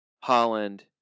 Holland